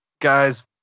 guys